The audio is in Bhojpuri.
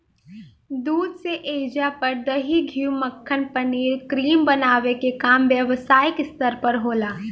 दूध से ऐइजा पर दही, घीव, मक्खन, पनीर, क्रीम बनावे के काम व्यवसायिक स्तर पर होला